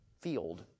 field